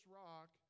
rock